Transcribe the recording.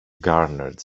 garnered